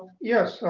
yes.